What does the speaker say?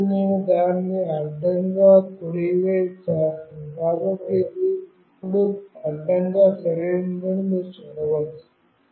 ఇప్పుడు నేను దానిని అడ్డంగా కుడి చేస్తాను కాబట్టి ఇది ఇప్పుడు అడ్డంగా సరైనదని మీరు చూడవచ్చు